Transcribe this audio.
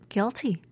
Guilty